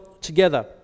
together